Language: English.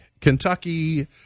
Kentucky